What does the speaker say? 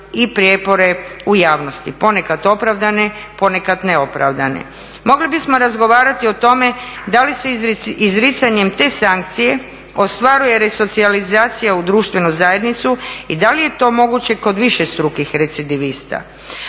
i prijepore u javnosti. Ponekad opravdane, ponekad neopravdane. Mogli bismo razgovarati o tome da li se izricanjem te sankcije ostvaruje resocijalizacija u društvenu zajednicu i da li je to moguće kod višestrukih recidivista?